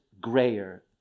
grayer